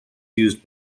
used